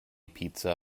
pizza